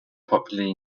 popularly